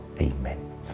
Amen